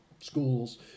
schools